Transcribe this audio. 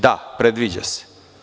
Da, predviđa se.